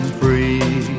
free